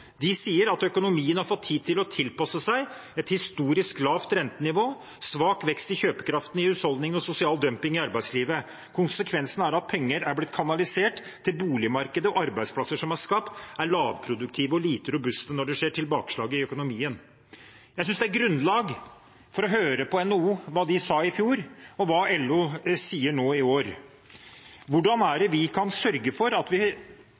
de sier: «Økonomien har fått tid til å tilpasse seg et historisk lavt rentenivå, svak vekst i kjøpekraften i husholdningene og sosial dumping i arbeidslivet. Konsekvensen er at penger er blitt kanalisert til boligmarkedet og arbeidsplasser som er skapt, er lavproduktive og lite robuste når det skjer tilbakeslag i økonomien.» Jeg synes det er grunnlag for å høre på hva NHO sa i fjor, og hva LO sier nå i år. Hvordan kan vi sørge for at vi